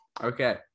okay